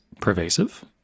pervasive